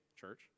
church